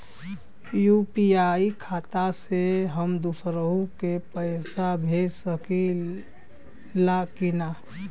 UPI खाता से हम दुसरहु के पैसा भेज सकीला की ना?